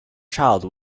child